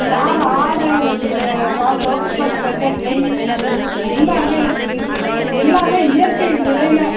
பால் ஆடையில் செய்கிற பால்கோவா ரொம்ப ஸ்பெஷல் நெய் எல்லாமே இருக்குது எல்லாமே இயற்கை முறையில்